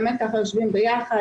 באמת יושבים ביחד,